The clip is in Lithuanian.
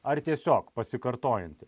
ar tiesiog pasikartojanti